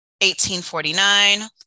1849